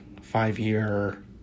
five-year